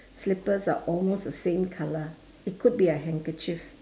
slippers are almost the same colour it could be a handkerchief